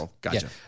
Gotcha